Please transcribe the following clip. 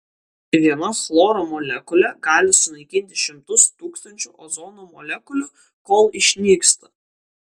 viena chloro molekulė gali sunaikinti šimtus tūkstančių ozono molekulių kol išnyksta